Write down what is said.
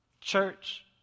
Church